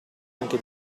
anche